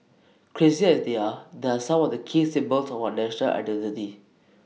crazy as they are these are some of the key symbols of our national identity